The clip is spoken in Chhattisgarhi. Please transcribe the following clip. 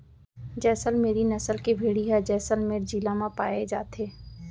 जैसल मेरी नसल के भेड़ी ह जैसलमेर जिला म पाए जाथे